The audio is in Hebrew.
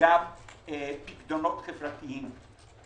גם פיקדונות חברתיים.